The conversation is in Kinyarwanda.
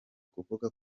kuvuga